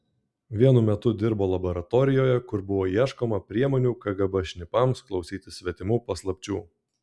vienu metu dirbo laboratorijoje kur buvo ieškoma priemonių kgb šnipams klausytis svetimų paslapčių